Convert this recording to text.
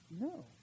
No